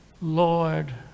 Lord